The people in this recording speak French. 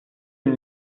une